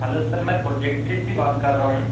hello sir मैं projective से बात कर रहा हूँ